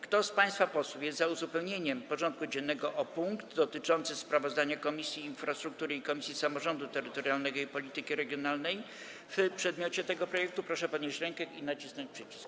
Kto z państwa posłów jest za uzupełnieniem porządku dziennego o punkt dotyczący sprawozdania Komisji Infrastruktury oraz Komisji Samorządu Terytorialnego i Polityki Regionalnej w przedmiocie tego projektu, proszę podnieść rękę i nacisnąć przycisk.